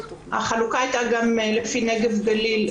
החלוקה הייתה גם לפי נגב-גליל,